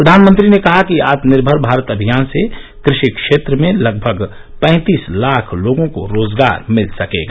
प्रधानमंत्री ने कहा कि आत्मनिर्भर भारत अभियान से क्रेषि क्षेत्र में लगभग पैंतीस लाख लोगों को रोजगार मिल सकेगा